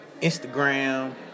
Instagram